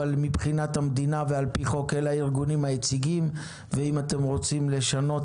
אבל מבחינת המדינה ועל פי חוק אלה הארגונים היציגים ואם אתם רוצים לשנות